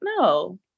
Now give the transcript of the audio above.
no